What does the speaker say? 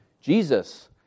Jesus